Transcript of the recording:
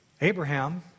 Abraham